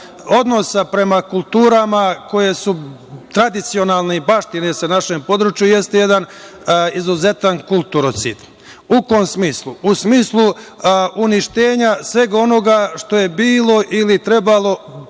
odnosa prema kulturama koje su u tradicionalnoj baštini sa našim područjem, jeste jedan izuzetan kulturocid. U kom smislu? U smislu uništenja svega onoga što je bilo ili što